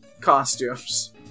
costumes